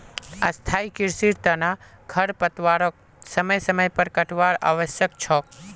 स्थाई कृषिर तना खरपतवारक समय समय पर काटवार आवश्यक छोक